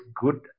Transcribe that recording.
good